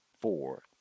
four